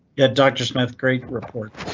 yeah, doctor smith. great report